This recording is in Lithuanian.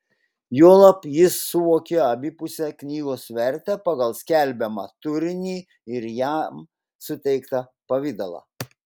juolab jis suvokė abipusę knygos vertę pagal skelbiamą turinį ir jam suteiktą pavidalą